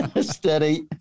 steady